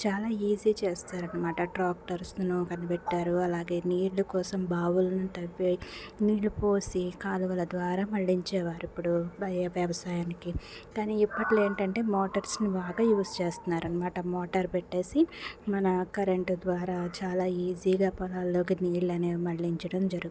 చాలా ఈజీ చేస్తారు అనమాట ట్రాక్టర్స్ను కనిపెట్టారు అలాగే నీళ్లు కోసం బావులని తవ్వి నీళ్లు పోసి కాలవల ద్వారా మళ్ళించేవారు ఇప్పుడు వ్యవసాయానికి కానీ ఇప్పట్లో ఏంటంటే మోటార్స్ని బాగా యూస్ చేస్తున్నారు అనమాట మోటర్ పెట్టేసి మన కరెంటు ద్వారా చాలా ఈజీగా పొలాల్లోకి నీళ్లు అనేవి మళ్ళించడం జరుగుతుంది